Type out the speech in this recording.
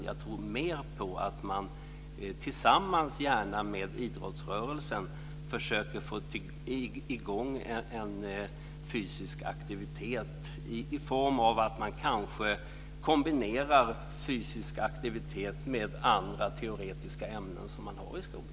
Jag tror mer på att man tillsammans, gärna med idrottsrörelsen, försöker få i gång en fysisk aktivitet i form av att man kanske kombinerar fysisk aktivitet med andra teoretiska ämnen som man har i skolan.